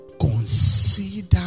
consider